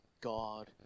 God